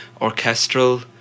orchestral